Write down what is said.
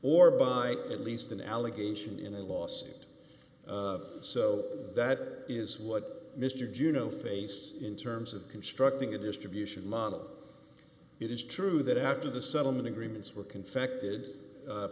or by at least an allegation in a lawsuit so that is what mr juneau face in terms of constructing a distribution model it is true that after the settlement agreements were confected